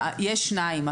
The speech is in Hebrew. יש שניים.